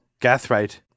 Gathright